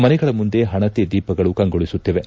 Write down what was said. ಮನೆಗಳ ಮುಂದೆ ಹಣತೆ ದೀಪಗಳು ಕಂಗೊಳಿಸುತ್ತಿವೆ